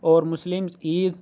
اور مسلمس عید